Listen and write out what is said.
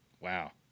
Wow